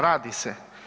Radi se.